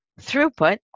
throughput